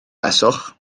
beswch